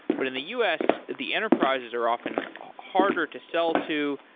but in the u s, the enterprises are often harder to sell to.